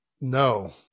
No